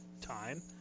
time